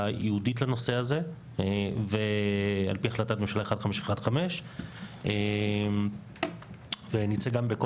ייעודית לנושא הזה על פי החלטת ממשלה 1515. נצא גם בקול